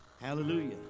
hallelujah